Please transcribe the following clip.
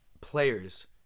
players